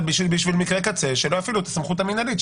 אבל בשביל מקרה קצה שלא יפעילו את המסכות המנהלית,